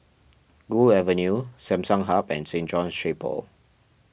Gul Avenue Samsung Hub and Saint John's Chapel